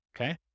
Okay